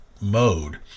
mode